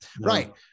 Right